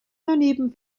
daneben